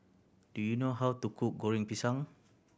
do you know how to cook Goreng Pisang